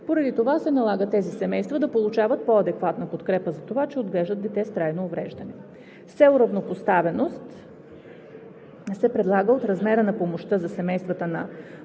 Поради това се налага тези семейства да получават по-адекватна подкрепа за това, че отглеждат дете с трайно увреждане. С цел равнопоставеност се предлага от размера на помощта за семействата на